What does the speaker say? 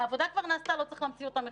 העבודה כבר נעשתה, לא צריך להמציא אותה מחדש,